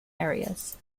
areas